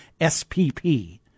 SPP